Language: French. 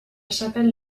chapelle